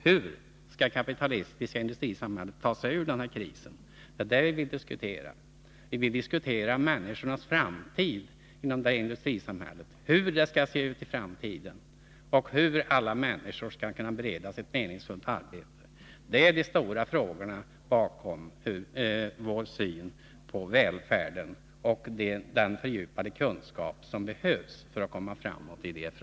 Hur skall det kapitalistiska industrisamhället ta sig ur den här krisen? Det är det vi vill diskutera. Vi vill diskutera människornas framtid i industrisamhället, hur det skall se ut i framtiden och hur alla människor skall kunna beredas ett meningsfullt arbete. Detta är vad som ligger bakom vår syn på välfärden, och det är den här fördjupade kunskapen som behövs för att vi skall komma framåt i de här